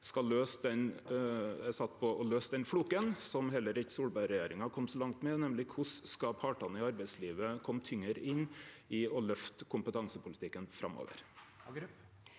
skal løyse den floken som heller ikkje Solberg-regjeringa kom så langt med, nemleg korleis partane i arbeidslivet skal kome tyngre inn i å løfte kompetansepolitikken framover.